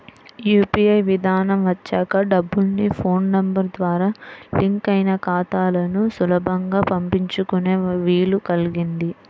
UPI విధానం వచ్చాక డబ్బుల్ని ఫోన్ నెంబర్ ద్వారా లింక్ అయిన ఖాతాలకు సులభంగా పంపించుకునే వీలు కల్గింది